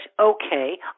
okay